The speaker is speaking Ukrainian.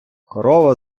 корова